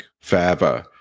forever